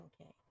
Okay